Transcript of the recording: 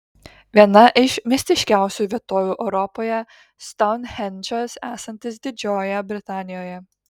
viena iš mistiškiausių vietovių europoje stounhendžas esantis didžiojoje britanijoje